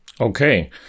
Okay